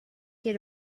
get